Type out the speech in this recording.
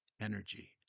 energy